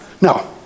No